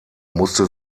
musste